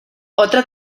otra